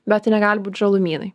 bet tai negali būt žalumynai